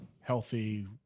healthy